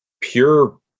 pure